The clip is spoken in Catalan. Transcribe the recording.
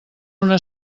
una